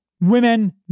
Women